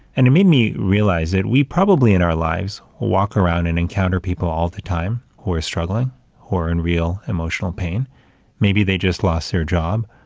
and it made me realize that we probably in our lives, will walk around and encounter people all the time who are struggling who are in real emotional pain maybe they just lost their job,